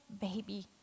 baby